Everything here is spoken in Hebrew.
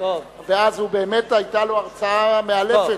ואז באמת היתה לו הרצאה מאלפת.